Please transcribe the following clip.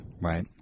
Right